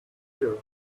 here